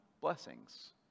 blessings